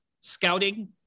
scouting